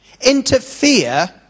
interfere